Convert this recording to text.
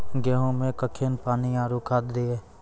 गेहूँ मे कखेन पानी आरु खाद दिये?